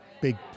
big